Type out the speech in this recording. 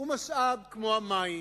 הוא משאב כמו המים,